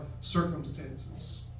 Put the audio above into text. circumstances